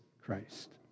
Christ